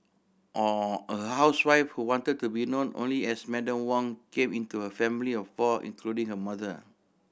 a a housewife who wanted to be known only as Madam Wong came into her family of four including her mother